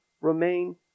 remain